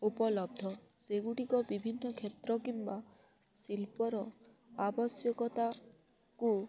ଉପଲବ୍ଧ ସେଗୁଡ଼ିକ ବିଭିନ୍ନ କ୍ଷେତ୍ର କିମ୍ବା ଶିଳ୍ପର ଆବଶ୍ୟକତା କୁ